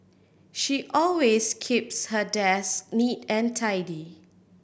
she always keeps her desk neat and tidy